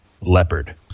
Leopard